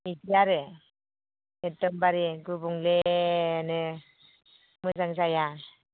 बिदि आरो एकदमबारे गुबुंलेनो मोजां जाया